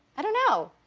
i don't know.